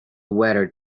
heather